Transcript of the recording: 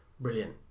brilliant